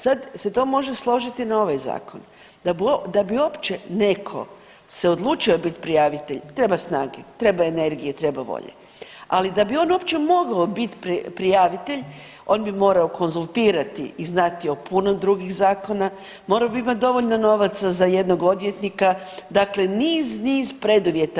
Sad se to može složiti na ovaj zakon, da bi uopće neko se odlučio bit prijavitelj treba snage, treba energije, treba volje, ali da bi on uopće mogao bit prijavitelj on bi morao konzultirati i znati o puno drugih zakona, morao bi imati dovoljno novaca za jednog odvjetnika, dakle niz, niz preduvjeta.